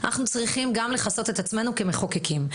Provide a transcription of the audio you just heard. אנחנו צריכים גם לכסות את עצמנו כמחוקקים.